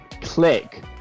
click